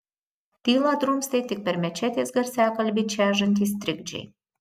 tylą drumstė tik per mečetės garsiakalbį čežantys trikdžiai